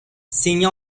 signent